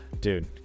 Dude